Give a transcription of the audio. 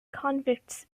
convicts